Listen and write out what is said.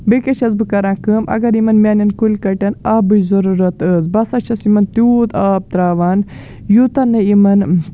بیٚیہِ کیٛاہ چھَس بہٕ کران کٲم اگر یِمَن میٛانٮ۪ن کُلۍ کَٹٮ۪ن آبٕچ ضُروٗرت ٲسۍ بہٕ ہسا چھَس یِمَن تیوٗت آب ترٛاوان یوٗتاہ نہٕ یِمَن